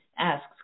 asks